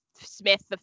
Smith